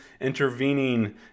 intervening